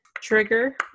trigger